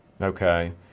Okay